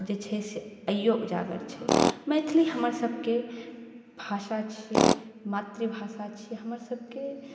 जे छै से आइओ उजागर छै मैथिली हमरसबके भाषा छिए मातृभाषा छी हमरसबके